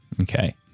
Okay